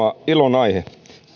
ilon aihe